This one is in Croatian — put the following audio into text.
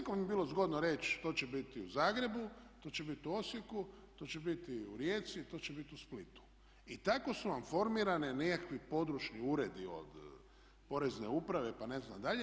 Ali nekom je bilo zgodno reći to će biti u Zagrebu, to će biti u Osijeku, to će biti u Rijeci, to će biti u Splitu i tako su vam formirani nekakvi područni uredi od Porezne uprave pa ne znam i dalje.